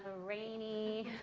rainy